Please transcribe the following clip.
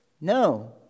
No